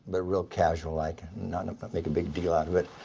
they're real casual, like, not but make a big deal out of it,